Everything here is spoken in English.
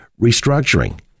restructuring